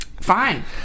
Fine